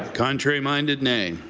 contrary-minded, nay?